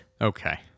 okay